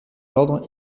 l’ordre